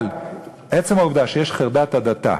אבל עצם העובדה שיש חרדת הדתה,